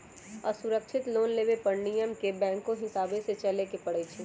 असुरक्षित लोन लेबे पर नियम के बैंकके हिसाबे से चलेए के परइ छै